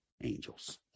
angels